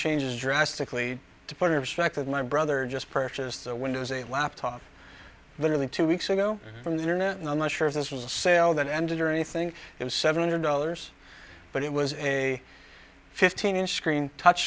of my brother just purchased a windows a laptop literally two weeks ago from the internet and i'm not sure if this was a sale that ended or anything it was seven hundred dollars but it was a fifteen inch screen touch